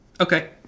Okay